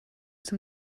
zum